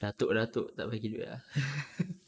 datuk datuk tak bagi duit ah